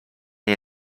nie